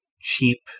cheap